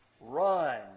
Run